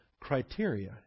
criteria